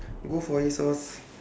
go for